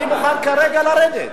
אני מוכן כרגע לרדת.